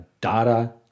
data